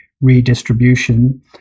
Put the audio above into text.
redistribution